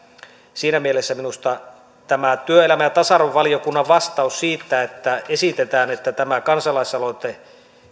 siinä mielessä minusta tämä työelämä ja tasa arvovaliokunnan vastaus siitä että esitetään että tämä kansalaisaloite